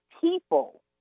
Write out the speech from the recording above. people